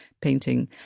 painting